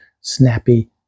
snappy